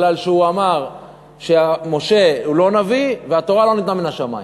כי אמר שמשה לא נביא והתורה לא ניתנה מהשמים?